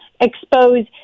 expose